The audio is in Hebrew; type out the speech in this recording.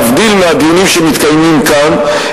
להבדיל מהדיונים שמתקיימים כאן,